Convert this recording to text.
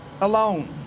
alone